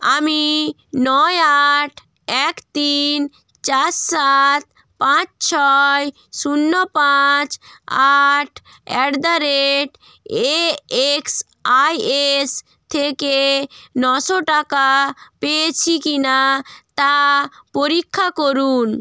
আমি নয় আট এক তিন চার সাত পাঁচ ছয় শূন্য পাঁচ আট at the rate A X I S থেকে নশো টাকা পেয়েছি কিনা তা পরীক্ষা করুন